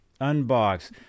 Unbox